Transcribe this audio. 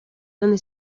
donde